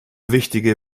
wichtige